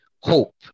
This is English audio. hope